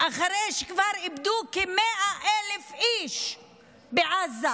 אחרי שכבר איבדו כ-100,000 איש בעזה,